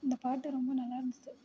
இந்த பாட்டு ரொம்ப நல்லா இருந்தது